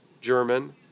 German